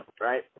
right